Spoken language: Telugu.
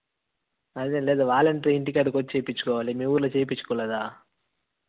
అదేం లేదు వాలెంటరీ ఇంటికాడికి వచ్చి చేయించుకోవాలి మీ ఊరిలో చేయించ్చుకోలేదా